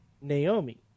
Naomi